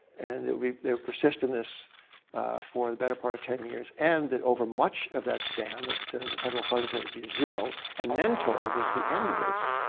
and it will be they would persist in this for the better part of ten years and that over much of that span that the federal funds rate would be zero percent and then told, at the end of this,